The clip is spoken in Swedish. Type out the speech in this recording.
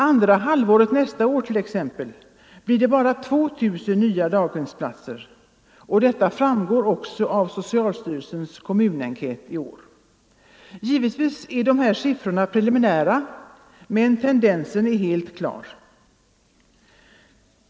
Andra halvåret 1975 blir det t.ex. bara ca 2 000 nya daghemsplatser. Detta framgår också av socialstyrelsens kommunenkät i år. Givetvis är siffrorna preliminära, men tendensen är helt klar.